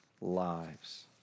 lives